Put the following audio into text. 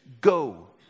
go